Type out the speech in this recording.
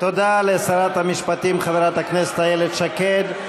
תודה לשרת המשפטים חברת הכנסת איילת שקד.